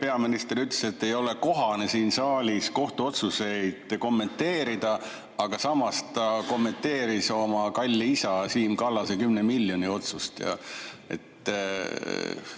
Peaminister ütles, et ei ole kohane siin saalis kohtuotsuseid kommenteerida, aga samas ta kommenteeris oma kalli isa Siim Kallase 10 miljoni otsust.